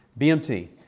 BMT